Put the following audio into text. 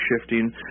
shifting